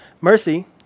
Mercy